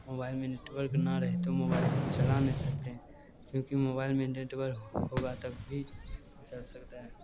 mobile में network ना रहे तो मोबाइल हम चला नहीं सकते हैं क्योंकि मोबाइल में नेटवर्क होगा तभी चल सकता है